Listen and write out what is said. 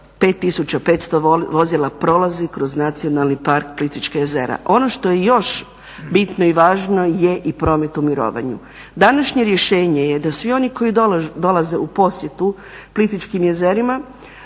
5500 vozila prolazi kroz Nacionalni park Plitvička jezera. Ono što je još bitno i važno je i promet u mirovanju. Današnje rješenje je da svi oni koji dolaze u posjetu Plitvičkim jezerima.